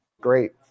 great